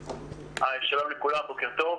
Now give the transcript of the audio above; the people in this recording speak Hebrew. שלום לכולם, בוקר טוב.